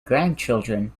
grandchildren